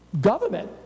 government